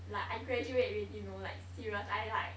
like I graduate already you know like serious I like